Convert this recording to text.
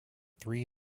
three